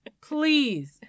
Please